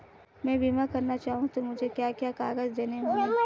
मैं बीमा करना चाहूं तो मुझे क्या क्या कागज़ देने होंगे?